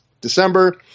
December